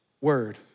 word